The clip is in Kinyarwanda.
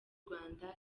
rwanda